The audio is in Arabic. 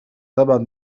تبعد